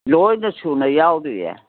ꯂꯣꯏꯅ ꯁꯨꯅ ꯌꯥꯎꯔꯤꯌꯦ